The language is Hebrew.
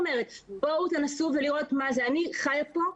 פה לא מתוך פשרות.